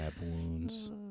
wounds